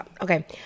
Okay